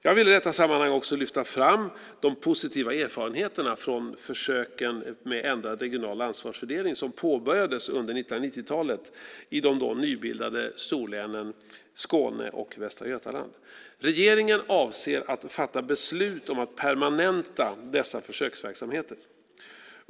Jag vill i detta sammanhang också lyfta fram de positiva erfarenheterna från försöken med ändrad regional ansvarsfördelning som påbörjades under 1990-talet i de då nybildade storlänen Skåne och Västra Götaland. Regeringen avser att fatta beslut om att permanenta dessa försöksverksamheter.